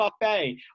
buffet